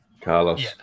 Carlos